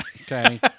okay